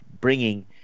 bringing